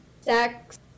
sex